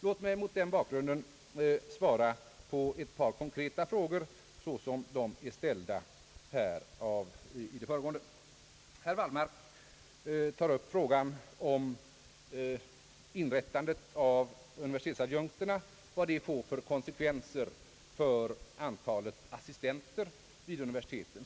Låt mig mot den bakgrunden svara på ett par konkreta frågor såsom de är ställda här i debatten. Herr Wallmark tar upp frågan om vilka konsekvenser inrättandet av universitetsadjunktstjänsterna får för antalet assistenter vid universiteten.